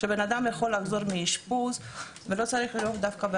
בתי הסוהר מענים לא מעטים לאסירים שהם בעלי